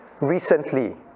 recently